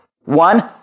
one